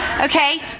Okay